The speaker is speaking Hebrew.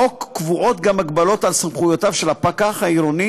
בחוק קבועות גם הגבלות על סמכויותיו של הפקח העירוני